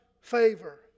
favor